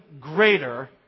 greater